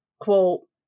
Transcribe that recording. Quote